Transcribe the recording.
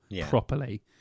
properly